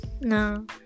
No